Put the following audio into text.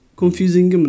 confusing